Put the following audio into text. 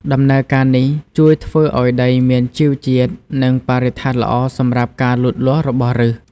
ដំណើរការនេះជួយធ្វើឱ្យដីមានជីវជាតិ និងបរិស្ថានល្អសម្រាប់ការលូតលាស់របស់ឬស។